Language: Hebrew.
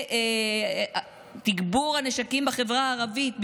לגבי תגבור הנשקים בחברה הערבית.